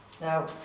Now